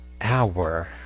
hour